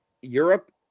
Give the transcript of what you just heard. europe